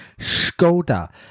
Skoda